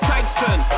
Tyson